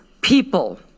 people